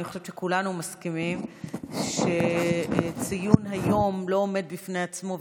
אני חושבת שכולנו מסכימים שציון היום לא עומד בפני עצמו,